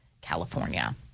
California